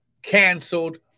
canceled